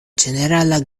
ĝenerala